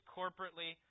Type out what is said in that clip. corporately